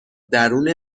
درون